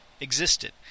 existed